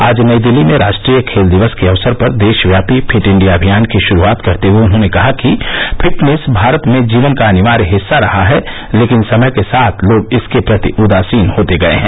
आज नई दिल्ली में राष्ट्रीय खेल दिवस के अवसर पर देशव्यापी फिट इंडिया अभियान की शुरूआत करते हए उन्होंने कहा कि फिटनेस भारत में जीवन का अनिवार्य हिस्सा रहा है लेकिन समय के साथ लोग इसके प्रति उदासीन हो गये हैं